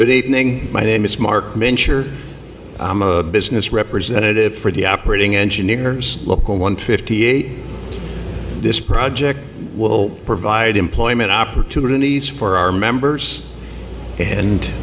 good evening my name is mark mentioned i'm a business representative for the operating engineers local one fifty eight this project will provide employment opportunities for our members and